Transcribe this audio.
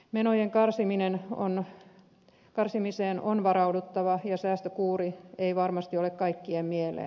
menojen karsimiseen on varauduttava ja säästökuuri ei varmasti ole kaikkien mieleen